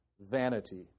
vanity